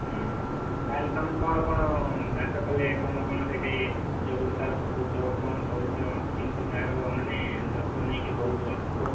ହୁଁ ତାହେଲେ ତମେ କ'ଣ କ'ଣ ଚାଷ କଲେ କ'ଣ କ'ଣ ସେଇଠି ଜୈବିକସାର ପକଉଛ କଣ କରୁଛ କେମିତି ତାର ମାନେ ଯତ୍ନ ନେଇକି କରୁଛ କୁହ